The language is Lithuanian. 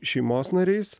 šeimos nariais